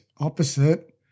opposite